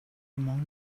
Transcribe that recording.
among